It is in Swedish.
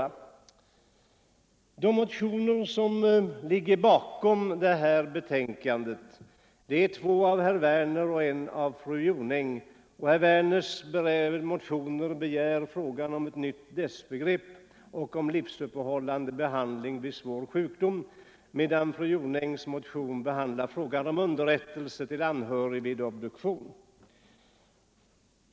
Av de motioner som ligger bakom detta betänkande — det är två av herr Werner i Malmö och en av fru Jonäng — berör herr Werner frågan om ett nytt dödsbegrepp och frågan om livsuppehållande behandling vid svår sjukdom, medan fru Jonängs motion behandlar frågan om underrättelse till anhörig vid obduktion.